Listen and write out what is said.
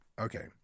Okay